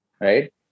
Right